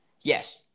Yes